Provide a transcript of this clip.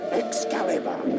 excalibur